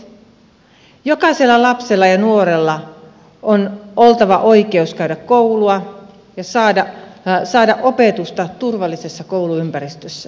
jokaisella lapsella ja nuorella on oltava oikeus käydä koulua ja saada opetusta turvallisessa kouluympäristössä